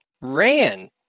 ran